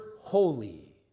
holy